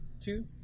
Two